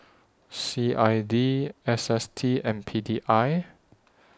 C I D S S T and P D I